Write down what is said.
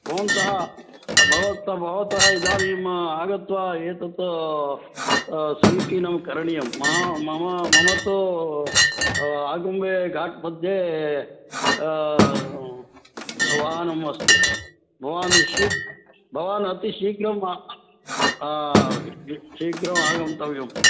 भवन्तः भवत् भवतः इदानीम् आगत्वा एतत् समीचीनं करणीयं मम मम मम तु आगुम्बे घाट् मध्ये वाहनम् अस्ति भवान् शी भवान् अतिशीघ्रं शीघ्रम् आगन्तव्यम्